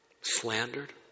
slandered